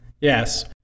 Yes